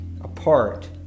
apart